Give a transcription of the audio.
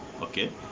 okay